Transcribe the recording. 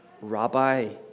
rabbi